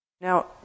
Now